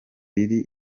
riri